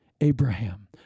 Abraham